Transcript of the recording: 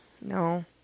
no